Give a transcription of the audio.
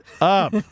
up